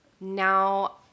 now